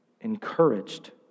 encouraged